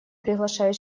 приглашаю